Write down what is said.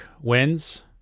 wins